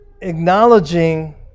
acknowledging